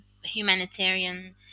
humanitarian